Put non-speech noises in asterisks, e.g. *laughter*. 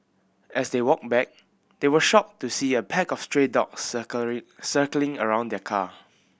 as they walked back they were shocked to see a pack of stray dogs *unintelligible* circling around their car